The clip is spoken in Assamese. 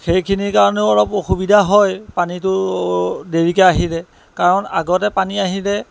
সেইখিনিৰ কাৰণেও অলপ অসুবিধা হয় পানীটো দেৰিকৈ আহিলে কাৰণ আগতে পানী আহিলে